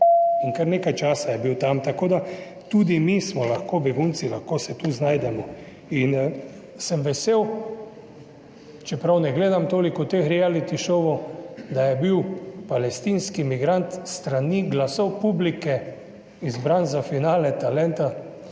in kar nekaj časa je bil tam. Tako da tudi mi smo lahko begunci, lahko se tu znajdemo. In sem vesel, čeprav ne gledam toliko teh reality šovov, da je bil palestinski migrant s strani glasov publike izbran za finale talenta,